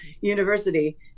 University